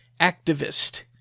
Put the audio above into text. activist